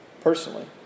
personally